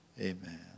Amen